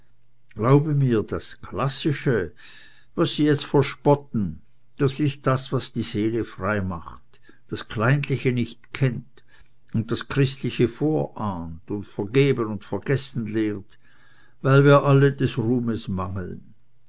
glaube mir das klassische was sie jetzt verspotten das ist das was die seele frei macht das kleinliche nicht kennt und das christliche vorahnt und vergeben und vergessen lehrt weil wir alle des ruhmes mangeln